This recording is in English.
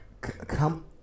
Come